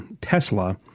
Tesla